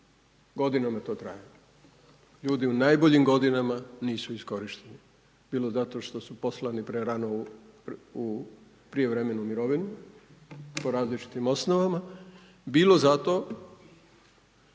Godinama to traje. Ljudi u najboljim godinama nisu iskorišteni, bilo zato što su poslani prerano u prijevremenu mirovinu po različitim osnovama bilo zato